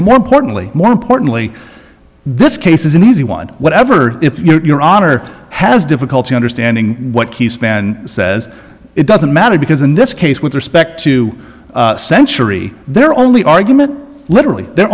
but more importantly more importantly this case is an easy one whatever if your honor has difficulty understanding what key span says it doesn't matter because in this case with respect to century they're only argument literally the